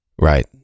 Right